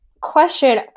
question